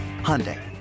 Hyundai